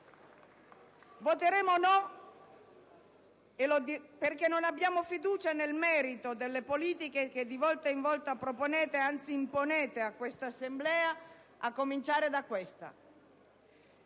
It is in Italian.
Voteremo no perché non abbiamo fiducia nel merito delle politiche che di volta in volta proponete, anzi imponete, a questa Assemblea, a cominciare da questa.